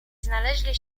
znaleźli